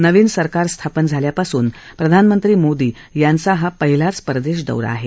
नवीन सरकार स्थापन झाल्यापासून प्रधानमंत्री मोदी यांचा हा पहिलाच परदेश दौरा आहे